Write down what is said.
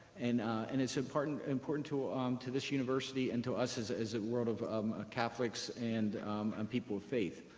and and it's important important to ah um to this university and to us as a ah world of um ah catholics and and people of faith.